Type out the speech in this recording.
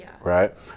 right